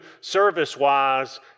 service-wise